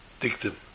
dictum